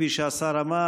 כפי שהשר אמר,